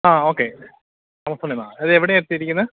ആ ഓക്കെ ആമസൊണീന്നാ അത് എവിടെയാണ് എത്തിയിരിക്കുന്നത്